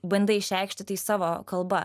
bandai išreikšti tai savo kalba